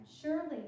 surely